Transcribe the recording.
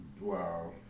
Wow